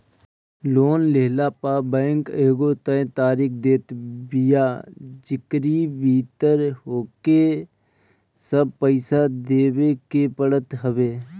loan लेहला पअ bank एगो तय तारीख देत बिया जेकरी भीतर होहके सब पईसा देवे के पड़त हवे